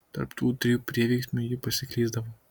tarp tų trijų prieveiksmių ji pasiklysdavo